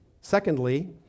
Secondly